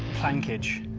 plankage.